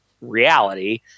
reality